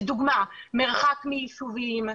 לדוגמה מרחק מישובים,